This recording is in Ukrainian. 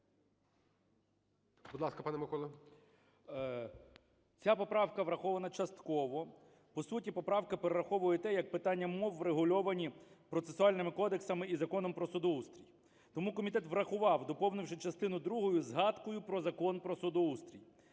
Ця поправка врахована частково. По суті, поправка перераховує те, як питання мов врегульовані процесуальними кодексами і Законом про судоустрій. Тому комітет врахував, доповнивши частиною другою згадкою про Закон про судоустрій.